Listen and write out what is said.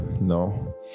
No